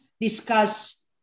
discuss